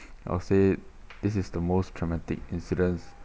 I'll say this is the most traumatic incidents